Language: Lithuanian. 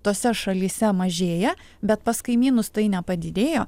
tose šalyse mažėja bet pas kaimynus tai nepadidėjo